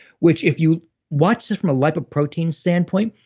which if you watch this from a lipoprotein standpoint,